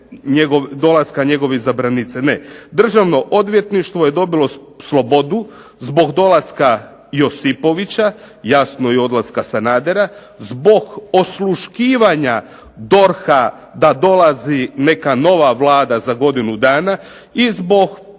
Državno odvjetništvo je dobilo slobodu zbog dolaska Josipovića, jasno i odlaska Sanadera, zbog osluškivanja DORH-a da dolazi neka nova Vlada za godinu dana i zbog između